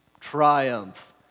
triumph